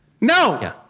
No